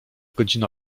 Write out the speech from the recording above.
godzina